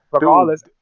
regardless